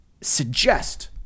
suggest